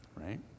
right